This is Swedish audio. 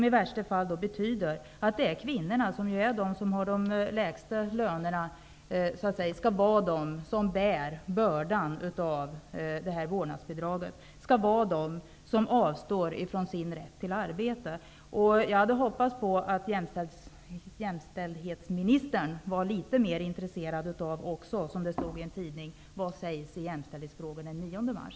I värsta fall betyder det att kvinnorna, de som har de lägsta lönerna, skall bära bördan av vårdnadsbidraget. Det är kvinnorna som skall avstå från sin rätt till arbete. Jag hade hoppats att jämställdhetsministern skulle vara litet mer intresserad av denna fråga, som stod i en tidning: Vad sägs i jämställdhetsfrågorna den 9 mars?